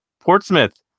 portsmouth